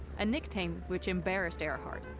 a nickname which embarrassed earhart,